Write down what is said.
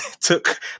took